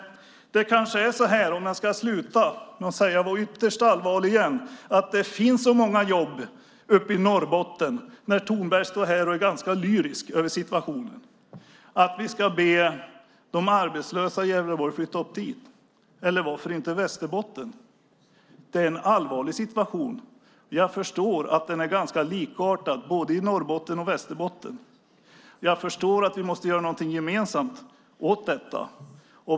Jag ska sluta med att säga något ytterst allvarligt igen. Tornberg står här och är ganska lyrisk över situationen och att det finns så många jobb uppe i Norrbotten. Ska vi be de arbetslösa i Gävleborg att flytta upp dit eller varför inte till Västerbotten? Det är en allvarlig situation. Jag förstår att den är ganska likartad både i Norrbotten och i Västerbotten. Jag förstår att vi måste göra någonting gemensamt åt detta.